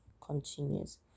continues